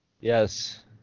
Yes